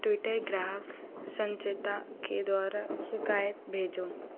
Twitter ग्राहक संचिता के द्वारा शिकायत भेजो